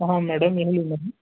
ಹಾಂ ಮೇಡಮ್ ಎಲ್ಲಿಂದ